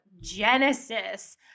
Genesis